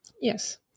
Yes